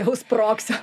jau sprogsiu